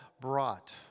brought